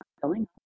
filling